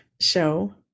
show